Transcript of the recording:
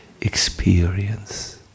experience